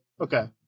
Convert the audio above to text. Okay